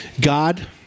God